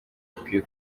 bikwiye